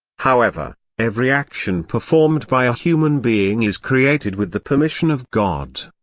however, every action performed by a human being is created with the permission of god.